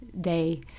day